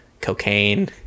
cocaine